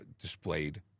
displayed